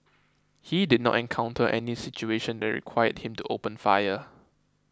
he did not encounter any situation that required him to open fire